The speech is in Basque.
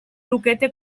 lukete